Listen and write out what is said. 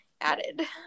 added